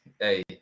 hey